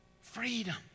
Freedom